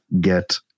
get